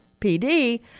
PD